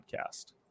podcast